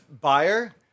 buyer